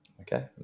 Okay